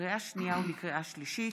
לקריאה שנייה ולקריאה שלישית,